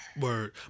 word